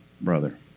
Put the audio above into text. brother